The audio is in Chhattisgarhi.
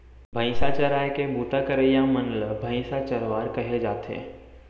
भईंसा चराए के बूता करइया मन ल भईंसा चरवार कहे जाथे